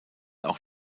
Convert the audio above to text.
auch